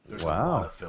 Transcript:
Wow